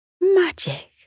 Magic